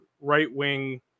right-wing